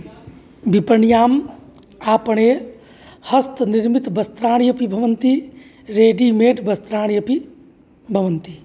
विपण्याम् आपणे हस्तनिर्मितवस्त्राणि अपि भवन्ति रेडिमेड् वस्त्राणि अपि भवन्ति